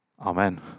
Amen